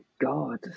God